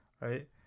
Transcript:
right